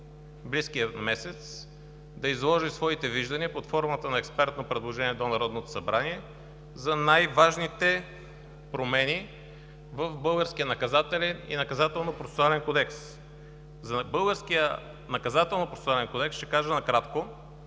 близкия месец да изложи своите виждания под формата на експертно предложение до Народното събрание за най-важните промени в българския Наказателен